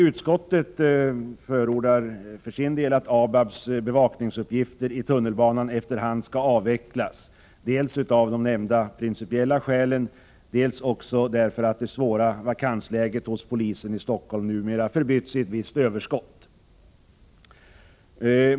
Utskottet förordar för sin del att ABAB:s bevakningsuppgifter i tunnelbanan efter hand skall avvecklas dels av de nämnda principiella skälen, dels också därför att det svåra vakansläget hos polisen i Stockholm numera förbytts i ett visst överskott.